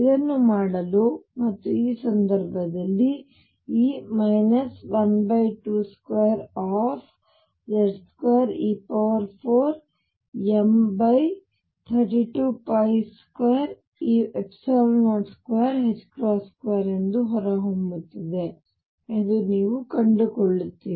ಇದನ್ನು ಮಾಡಲು ಮತ್ತು ಈ ಸಂದರ್ಭದಲ್ಲಿ E 122Z2e4m322022 ಎಂದು ಹೊರಹೊಮ್ಮುತ್ತದೆ ಎಂದು ನೀವು ಕಂಡುಕೊಳ್ಳುತ್ತೀರಿ